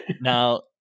Now